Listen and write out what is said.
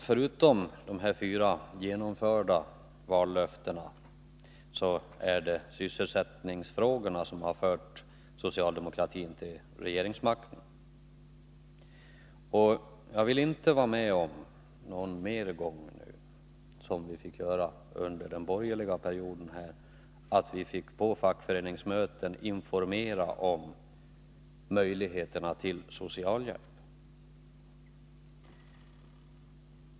Förutom de fyra genomförda vallöftena är det sysselsättningsfrågorna som har fört socialdemokratin till regeringsmakten. Jag vill inte någon mer gång vara med om att vi får göra på samma sätt som under den borgerliga perioden, då vi på fackföreningsmöten fick informera om möjligheterna till socialhjälp.